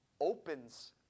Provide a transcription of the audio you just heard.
opens